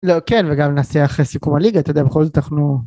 לא כן וגם נעשה אחרי סיכום הליגה אתה יודע בכל זאת אנחנו.